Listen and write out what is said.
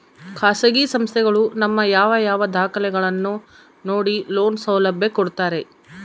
ಖಾಸಗಿ ಸಂಸ್ಥೆಗಳು ನಮ್ಮ ಯಾವ ಯಾವ ದಾಖಲೆಗಳನ್ನು ನೋಡಿ ಲೋನ್ ಸೌಲಭ್ಯ ಕೊಡ್ತಾರೆ?